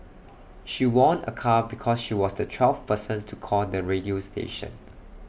she won A car because she was the twelfth person to call the radio station